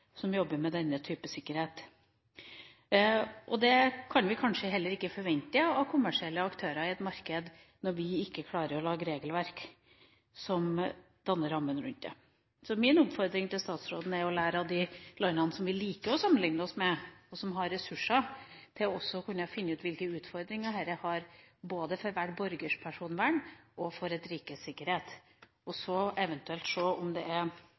som jobber med denne typen sikkerhet. Det kan vi kanskje heller ikke forvente av kommersielle aktører i et marked når vi ikke klarer å lage regelverk som danner rammen rundt det. Så min oppfordring til statsråden er å lære av de landene som vi liker å sammenligne oss med, som har ressurser til å finne ut hvilke utfordringer dette har både for hver enkelt borgers personvern og for et rikes sikkerhet, og så eventuelt se på om det er